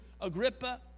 Agrippa